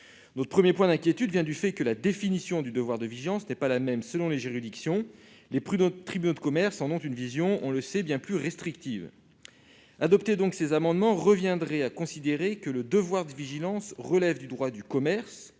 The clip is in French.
Notre premier point d'inquiétude vient du fait que la définition du devoir de vigilance n'est pas la même selon les juridictions. Les tribunaux de commerce en ont une vision bien plus restrictive. Adopter ces amendements reviendrait à considérer que le devoir de vigilance relève du droit du commerce,